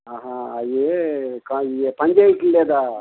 అవి కా ఇవి పని చెయ్యడంలేదా